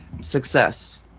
success